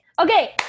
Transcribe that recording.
Okay